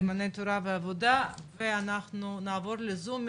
"נאמני תורה ועבודה" ואנחנו נעבור לזום,